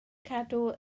cadw